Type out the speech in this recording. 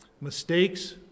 Mistakes